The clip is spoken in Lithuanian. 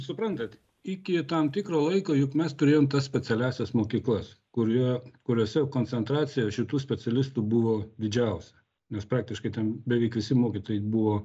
suprantat iki tam tikro laiko juk mes turėjom tas specialiąsias mokyklas kurio kuriose koncentracija šitų specialistų buvo didžiausia nes praktiškai ten beveik visi mokytojai buvo